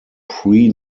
pre